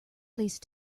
leased